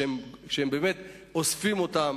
שאוספים אותם,